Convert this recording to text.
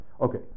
Okay